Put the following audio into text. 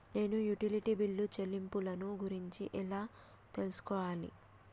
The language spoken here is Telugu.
నేను యుటిలిటీ బిల్లు చెల్లింపులను గురించి ఎలా తెలుసుకోవాలి?